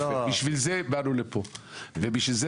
בשביל זה באנו לפה ככנסת.